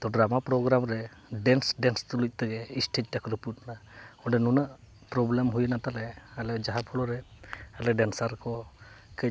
ᱛᱳ drama programme ᱨᱮ dance dance ᱛᱩᱞᱩᱡ ᱛᱮᱜᱮ ᱥᱴᱮᱹᱡᱽ ᱛᱟᱠᱚ ᱨᱟᱹᱯᱩᱫ ᱮᱱᱟ ᱚᱸᱰᱮ ᱱᱩᱱᱟᱹᱜ ᱯᱨᱚᱵᱽᱞᱮᱢ ᱦᱩᱭᱮᱱᱟ ᱛᱟᱞᱮ ᱟᱞᱮ ᱡᱟᱦᱟᱸ ᱯᱷᱞᱳ ᱨᱮ ᱟᱞᱮ ᱰᱮᱱᱥᱟᱨ ᱠᱚ ᱠᱟᱹᱡ